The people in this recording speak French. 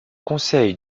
conseil